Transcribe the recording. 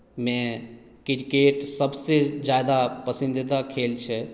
मे क्रिकेट सबसँ ज्यादा पसन्दीदा खेल छै